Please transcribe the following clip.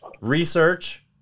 research